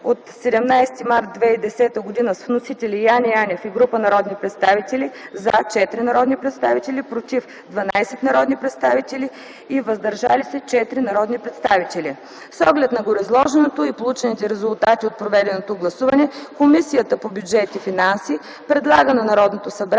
от 17 март 2010 г. с вносители Яне Янев и група народни представители: „за” – 4 народни представители; „против” - 12 народни представители и „въздържали се” - 4 народни представители. С оглед на гореизложеното и получените резултати от проведеното гласуване Комисията по бюджет и финанси предлага на Народното събрание